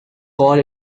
calls